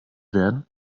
werden